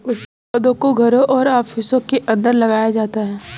कुछ पौधों को घरों और ऑफिसों के अंदर लगाया जाता है